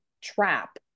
trap